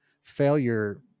failure